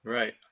Right